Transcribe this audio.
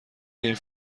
این